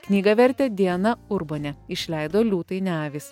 knygą vertė diana urbonė išleido liūtai ne avys